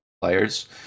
players